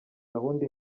gahunda